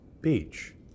Beach